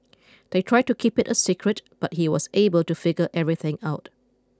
they tried to keep it a secret but he was able to figure everything out